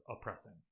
oppressing